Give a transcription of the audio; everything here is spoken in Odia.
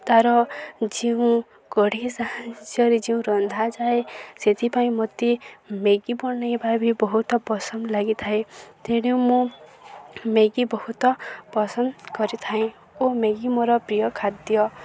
ତା'ର ଯେଉଁ କଡ଼େଇ ସାହାଯ୍ୟରେ ଯେଉଁ ରନ୍ଧାଯାଏ ସେଥିପାଇଁ ମୋତେ ମ୍ୟାଗି ବନେଇବା ବି ବହୁତ ପସନ୍ଦ ଲାଗିଥାଏ ତେଣୁ ମୁଁ ମ୍ୟାଗି ବହୁତ ପସନ୍ଦ କରିଥାଏ ଓ ମ୍ୟାଗି ମୋର ପ୍ରିୟ ଖାଦ୍ୟ